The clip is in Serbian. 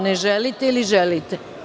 Ne želite ili želite?